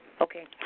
okay